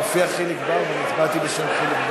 מופיע "חיליק בר", ואני הצבעתי בשם חיליק בר.